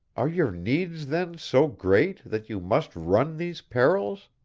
are your needs then so great, that you must run these perils?